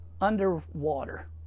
underwater